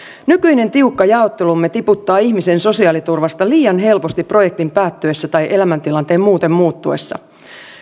nykyinen tiukka jaottelumme tiputtaa ihmisen sosiaaliturvasta liian helposti projektin päättyessä tai elämäntilanteen muuten muuttuessa